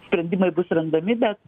sprendimai bus randami bet